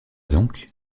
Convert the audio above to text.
donc